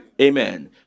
amen